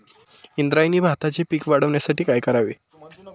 इंद्रायणी भाताचे पीक वाढण्यासाठी काय करावे?